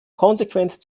konsequent